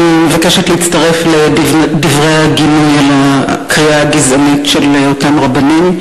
אני מבקשת להצטרף לדברי הגינוי על הקריאה הגזענית של אותם רבנים.